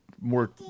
more